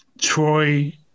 Troy